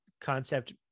concept